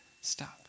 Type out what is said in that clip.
stop